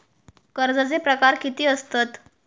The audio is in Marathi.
कर्जाचे प्रकार कीती असतत?